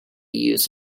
use